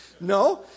No